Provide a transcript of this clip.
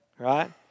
Right